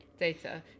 data